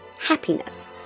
happiness